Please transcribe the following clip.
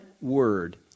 word